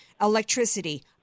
electricity